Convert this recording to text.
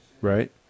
right